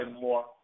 more